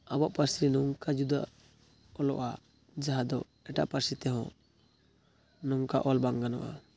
ᱟᱵᱚᱣᱟᱜ ᱯᱟᱹᱨᱥᱤ ᱱᱚᱝᱠᱟ ᱡᱩᱫᱟᱹ ᱚᱞᱚᱜᱼᱟ ᱡᱟᱦᱟᱸ ᱫᱚ ᱮᱴᱟᱜ ᱯᱟᱹᱨᱥᱤ ᱛᱮᱦᱚᱸ ᱱᱚᱝᱠᱟ ᱚᱞ ᱵᱟᱝ ᱜᱟᱱᱚᱜᱼᱟ